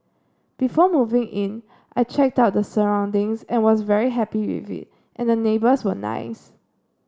before moving in I checked out the surroundings and was very happy with it and the neighbours were nice